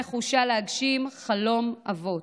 נחושה להגשים חלום אבות.